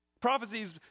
Prophecies